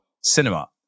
cinema